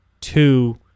two